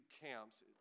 camps